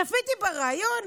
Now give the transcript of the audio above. צפיתי בריאיון.